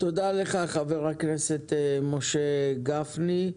תודה לך, חבר הכנסת משה גפני.